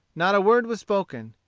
not a word was spoken,